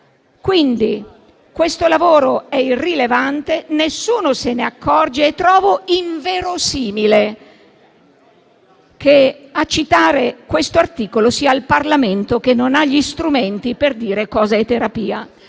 Quindi questo lavoro è irrilevante, nessuno se ne accorge. E trovo inverosimile che a citare questo articolo sia il Parlamento, che non ha gli strumenti per dire cosa è terapia.